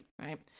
Right